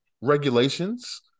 regulations